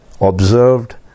observed